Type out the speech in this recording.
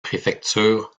préfecture